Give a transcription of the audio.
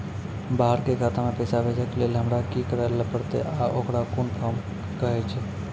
बाहर के खाता मे पैसा भेजै के लेल हमरा की करै ला परतै आ ओकरा कुन फॉर्म कहैय छै?